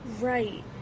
Right